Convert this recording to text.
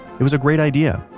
it was a great idea.